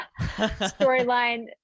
storyline